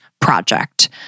project